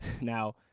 Now